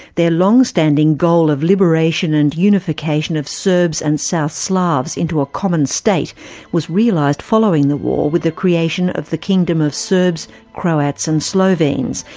their long-standing goal of liberation and unification of serbs and south slavs into ah common state was realised following the war with the creation of the kingdom of serbs, croats and slovenes,